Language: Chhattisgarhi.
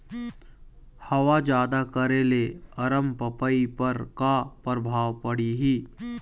हवा जादा करे ले अरमपपई पर का परभाव पड़िही?